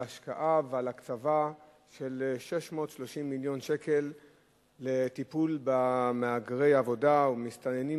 על השקעה ועל הקצבה של 630 מיליון שקל לטיפול במהגרי עבודה או מסתננים,